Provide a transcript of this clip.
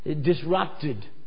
disrupted